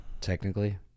Technically